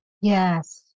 Yes